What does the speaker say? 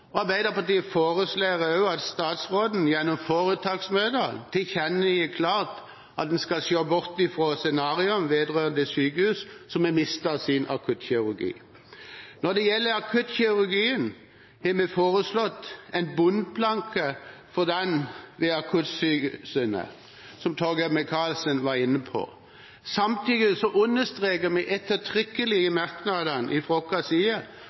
befolkningsgrense. Arbeiderpartiet foreslår også at statsråden gjennom foretaksmøtene tilkjennegir klart at en skal se bort fra scenariet vedrørende sykehus som vil miste sin akuttkirurgi. Når det gjelder akuttkirurgien, har vi foreslått en bunnplanke for den ved akuttsykehusene, som Torgeir Micaelsen var inne på. Samtidig understreker vi ettertrykkelig i merknadene fra vår side